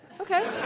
Okay